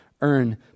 earn